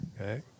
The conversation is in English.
Okay